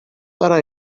thought